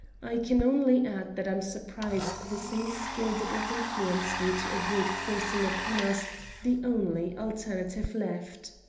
i can only add that i am surprised the same skill did not influence you to avoid forcing upon us the only alternative left.